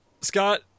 Scott